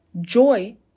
joy